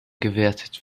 gewertet